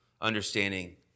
understanding